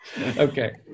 Okay